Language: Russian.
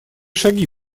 шаги